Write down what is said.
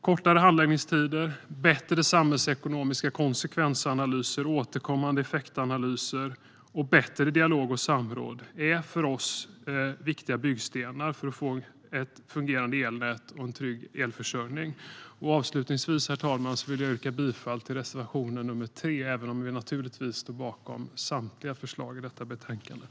Kortare handläggningstider, bättre samhällsekonomiska konsekvensanalyser, återkommande effektanalyser och bättre dialog och samråd är för oss viktiga byggstenar för att få ett fungerande elnät och en trygg elförsörjning. Avslutningsvis, herr talman, yrkar jag bifall endast till reservation nr 3 även om jag naturligtvis står bakom samtliga våra förslag i betänkandet.